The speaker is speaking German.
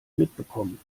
mitbekommen